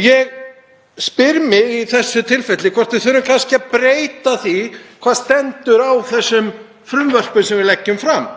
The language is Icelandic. Ég spyr mig í þessu tilfelli hvort við þurfum kannski að breyta því hvað stendur á þeim frumvörpum sem við leggjum fram.